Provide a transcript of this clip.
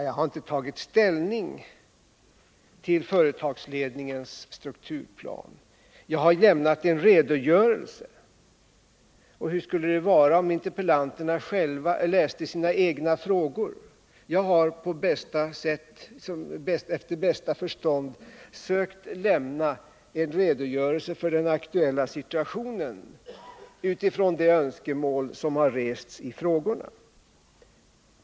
Jag har inte tagit ställning till företagsledningens strukturplan. Jag har lämnat en redogörelse. Hur skulle det vara om interpellanterna själva läste sina egna frågor? Jag har efter bästa förstånd sökt lämna en redogörelse för den aktuella situationen utifrån de önskemål som har rests i frågorna.